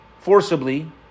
forcibly